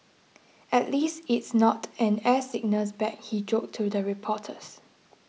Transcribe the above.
at least it's not an air sickness bag he joked to the reporters